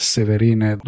Severine